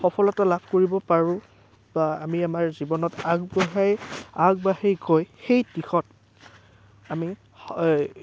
সফলতা লাভ কৰিব পাৰোঁ বা আমি আমাৰ জীৱনত আগবঢ়াই আগবাঢ়ি গৈ সেই দিশত আমি